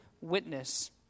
witness